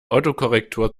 autokorrektur